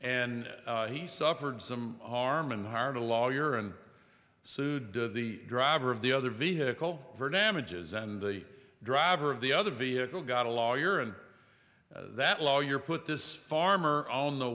and he suffered some harm and hard a lawyer and sued the driver of the other vehicle for damages and the driver of the other vehicle got a lawyer and that lawyer put this farmer on the